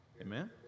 Amen